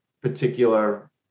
particular